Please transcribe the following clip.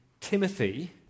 Timothy